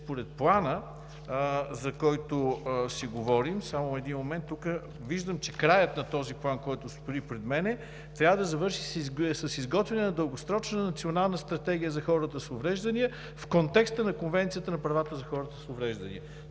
според Плана, за който си говорим – само един момент, тук виждам края на този план, който стои пред мен – трябва да завърши с изготвяне на дългосрочна Национална стратегия за хората с увреждания в контекста на Конвенцията за правата на хората с увреждания.